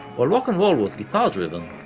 while rock'n'roll was guitar driven,